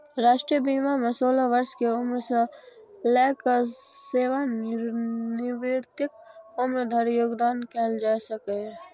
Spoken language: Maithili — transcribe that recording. राष्ट्रीय बीमा मे सोलह वर्ष के उम्र सं लए कए सेवानिवृत्तिक उम्र धरि योगदान कैल जा सकैए